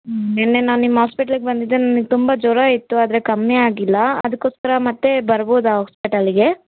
ನಿನ್ನೆ ನಾನು ನಿಮ್ಮ ಹಾಸ್ಪಿಟ್ಲಿಗೆ ಬಂದಿದ್ದೆ ನನಗೆ ತುಂಬ ಜ್ವರ ಇತ್ತು ಆದರೆ ಕಮ್ಮಿಯಾಗಿಲ್ಲ ಅದಕ್ಕೋಸ್ಕರ ಮತ್ತೆ ಬರ್ಬೋದಾ ಹಾಸ್ಪಿಟಲ್ಲಿಗೆ